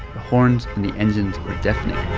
the horns and the engines were deafening